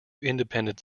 independent